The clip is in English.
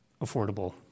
affordable